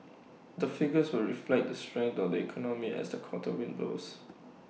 the figures will reflect the strength of the economy as the quarter windows